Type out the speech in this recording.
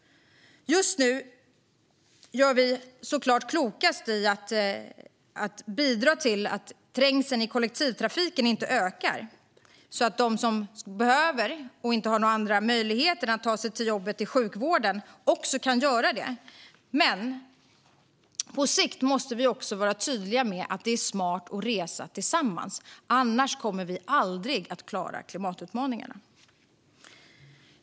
Just nu gör vi såklart klokast i att bidra till att trängseln i kollektivtrafiken inte ökar, så att de som behöver använda den därför att de inte har några andra möjligheter att ta sig till jobbet i sjukvården också kan göra det. Men på sikt måste vi vara tydliga med att det är smart att resa tillsammans. Annars kommer vi aldrig att klara klimatutmaningarna.